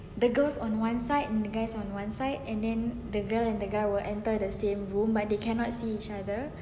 the girls on one side you guys on one side and then the girl and the guy will enter the same room but they cannot see each other